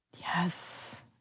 Yes